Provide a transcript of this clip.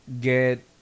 Get